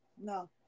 no